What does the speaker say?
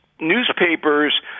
newspapers